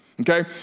Okay